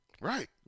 Right